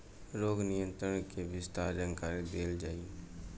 रोग नियंत्रण के विस्तार जानकरी देल जाई?